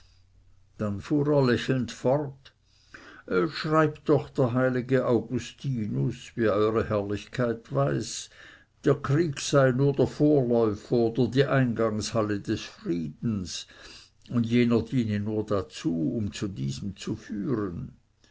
dann fuhr er lächelnd fort schreibt doch der heilige augustinus wie eure herrlichkeit weiß der krieg sei nur der vorläufer oder die eingangshalle des friedens und jener diene nur dazu um zu diesem zu führen